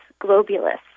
globulus